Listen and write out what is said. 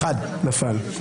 נפל.